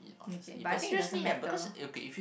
mm kay but I think it doesn't matter